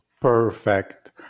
perfect